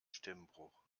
stimmbruch